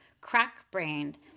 crack-brained